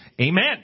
Amen